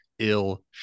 ill